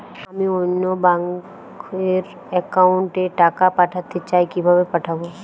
আমি অন্য ব্যাংক র অ্যাকাউন্ট এ টাকা পাঠাতে চাই কিভাবে পাঠাবো?